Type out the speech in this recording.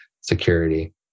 security